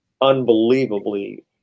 unbelievably